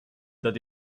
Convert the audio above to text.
that